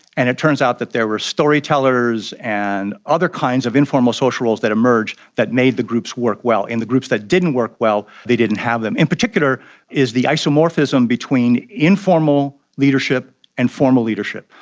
and it turns out that there were storytellers and other kinds of informal social roles that emerged that made the groups work well. and the groups that didn't work well, they didn't have them. in particular is the isomorphism between informal leadership and formal leadership.